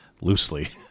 loosely